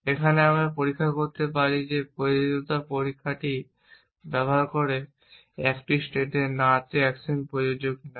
এখানে আমরা পরীক্ষা করতে পারি যে এই প্রযোজ্যতা পরীক্ষাটি ব্যবহার করে একটি স্টেটে না তে অ্যাকশন প্রযোজ্য কিনা